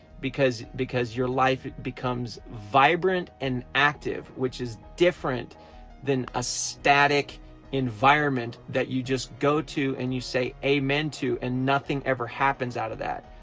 because because your life becomes vibrant and active which is different than a static environment that you just go to and you say amen to and nothing ever happens out of that.